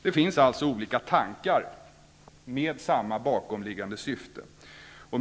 Det finns alltså olika tankar med samma bakomliggande syfte.